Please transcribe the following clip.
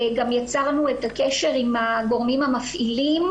גם יצרנו את הקשר עם הגורמים המפעילים,